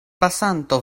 pasanto